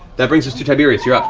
that brings us to tiberius, you're up.